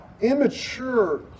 immature